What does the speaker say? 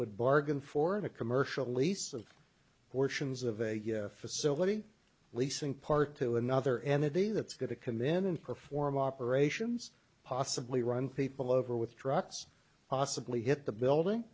would bargain for in a commercial lease of portions of a facility leasing part to another entity that's going to command and perform operations possibly run people over with trucks possibly hit the building